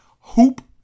Hoop